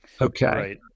Okay